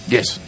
Yes